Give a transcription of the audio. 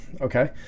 okay